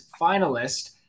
finalist